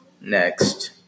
next